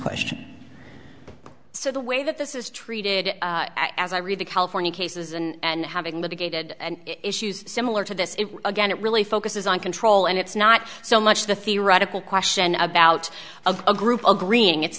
question so the way that this is treated as i read the california cases and having the gated issues similar to this again it really focuses on control and it's not so much the theoretical question about a group agreeing it's